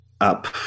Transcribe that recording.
up